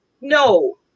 no